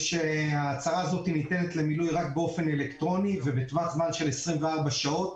ההצהרה הזאת ניתנת למילוי רק באופן אלקטרוני ובטווח זמן של 24 שעות,